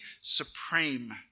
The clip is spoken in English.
supreme